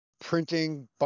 printing